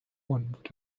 would